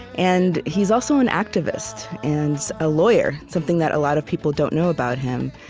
and he's also an activist and a lawyer something that a lot of people don't know about him.